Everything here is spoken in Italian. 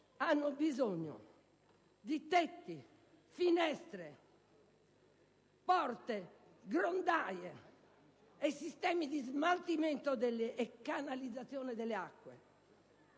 hanno bisogno di tetti, finestre, porte, grondaie e sistemi di smaltimento e canalizzazione delle acque.